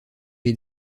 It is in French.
les